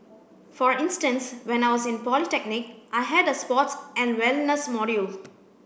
for instance when I was in polytechnic I had a sports and wellness module